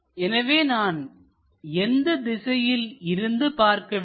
எனவே நான் எந்த திசையில் இருந்து பார்க்க வேண்டும்